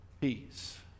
peace